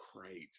great